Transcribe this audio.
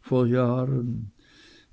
vor jahren